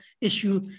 issue